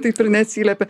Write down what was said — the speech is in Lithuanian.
taip ir neatsiliepė